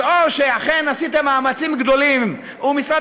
אז או שאכן עשיתם מאמצים גדולים ומשרד